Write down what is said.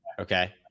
okay